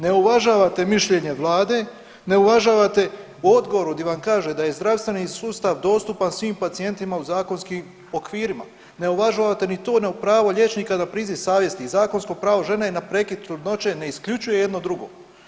Ne uvažavate mišljenje vlade, ne uvažavate u odgovoru di vam kaže da je zdravstveni sustav dostupan svim pacijentima u zakonskim okvirima, ne uvažavate ni to na pravo liječnika da priziv savjesti i zakonsko pravo žene ne prekid trudnoće ne isključuje jedno drugo.